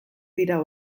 dira